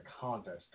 contest